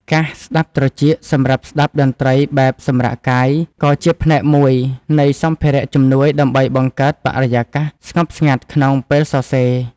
កាសស្ដាប់ត្រចៀកសម្រាប់ស្ដាប់តន្ត្រីបែបសម្រាកកាយ ក៏ជាផ្នែកមួយនៃសម្ភារៈជំនួយដើម្បីបង្កើតបរិយាកាសស្ងប់ស្ងាត់ក្នុងពេលសរសេរ។